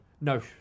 No